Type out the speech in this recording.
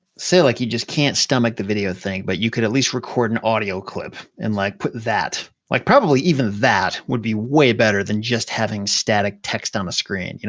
say, like you just can't stomach the video thing but you could at least record an audio clip and like put that. like probably even that would be way better than just having static text on a screen.